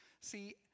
See